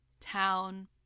town